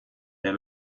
der